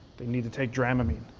they need to take dramamine.